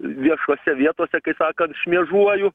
viešose vietose kai sakant šmėžuoju